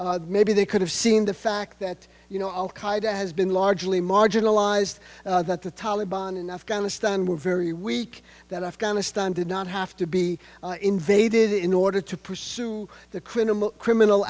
maybe they could have seen the fact that you know al qaeda has been largely marginalized that the taliban in afghanistan were very weak that afghanistan did not have to be invaded in order to pursue the criminal criminal